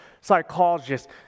psychologist